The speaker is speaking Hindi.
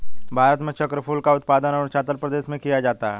भारत में चक्रफूल का उत्पादन अरूणाचल प्रदेश में किया जाता है